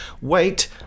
Wait